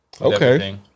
Okay